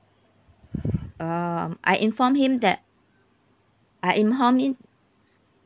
um I informed him that I informed him